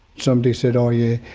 somebody said, oh yeah,